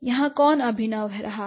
यहाँ कौन अभिनव रहा है